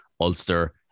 Ulster